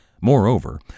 Moreover